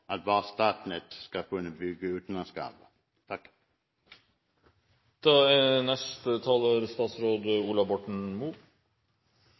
at bare Statnett skal kunne bygge